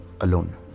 alone